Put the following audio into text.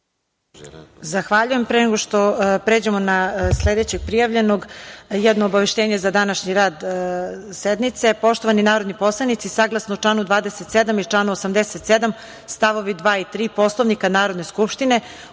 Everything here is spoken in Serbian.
Zahvaljujem. Pre nego što pređemo na sledećeg prijavljenog, jedno obaveštenje za današnji rad sednice. Poštovani narodni poslanici, saglasno članu 27. i članu 87. stavovi 2. i 3. Poslovnika Narodne skupštine,